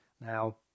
Now